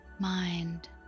mind